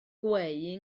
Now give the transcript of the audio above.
gweu